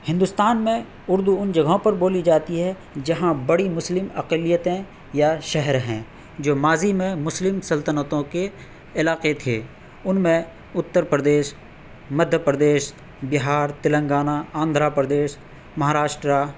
ہندوستان میں اردو ان جگہوں پر بولی جاتی ہیں جہاں بڑی مسلم اقلیتیں یا شہر ہیں جو ماضی میں مسلم سلطنتوں کے علاقے تھے ان میں اتر پردیش مدھیہ پردیش بہار تلنگانہ آندھرا پردیش مہاراشٹرا